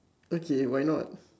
okay why not